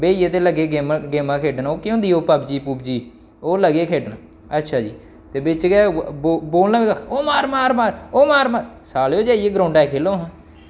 बेही गे ते लगी पे गेम गेमां खेढन ओह् केह् होंदी ओह् पबजी पूबजी ओह् लगे खेढन अच्छा जी ते बिच्च गै बो बोलना बी ओह् मार मार मार मार ओह् मार मार सालेओ जाइयै ग्राउंडा च खेलो हां